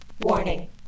Warning